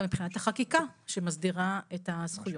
גם מבחינת החקיקה שמסדירה את הזכויות.